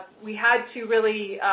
we had to really